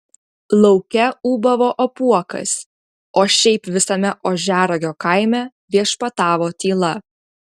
lauke ūbavo apuokas o šiaip visame ožiaragio kaime viešpatavo tyla